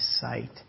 sight